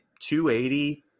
280